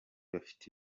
bafite